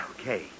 Okay